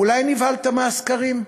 אולי נבהלת מהסקרים,